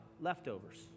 Leftovers